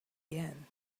bien